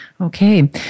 Okay